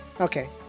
Okay